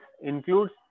includes